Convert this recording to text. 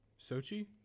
Sochi